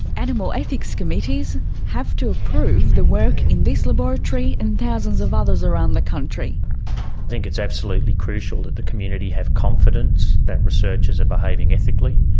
animal ethics committees have to approve the work in this laboratory and thousands of others around the country. i think it's absolutely crucial that the community have confidence that researchers are behaving ethically,